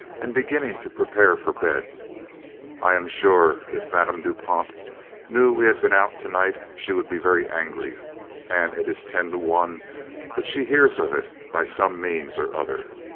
and beginning to prepare for bed i am sure, if madame du pont knew we had been out to-night, she would be very angry and it is ten to one but she hears of it by some means or other.